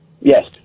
Yes